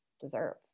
deserve